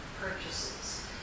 purchases